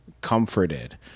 comforted